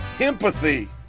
empathy